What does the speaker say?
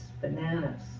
bananas